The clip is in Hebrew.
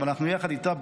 אבל אנחנו יחד איתה,